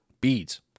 Beads